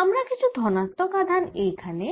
আমরা কিছু ধনাত্মক আধান কে এখানে